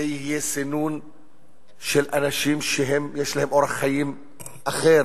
זה יהיה סינון של אנשים שיש להם אורח חיים אחר,